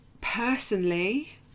personally